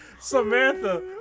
Samantha